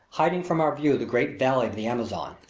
hiding from our view the great valley of the amazon.